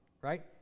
right